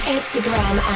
Instagram